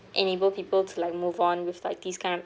enable people to like move on with like these kind of